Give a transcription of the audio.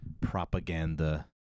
propaganda